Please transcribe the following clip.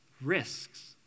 risks